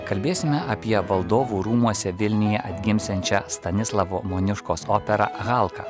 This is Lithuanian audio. kalbėsime apie valdovų rūmuose vilniuje atgimsiančią stanislavo moniuškos operą halka